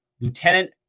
Lieutenant